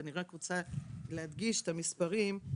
אני רק רוצה להדגיש את המספרים.